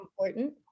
important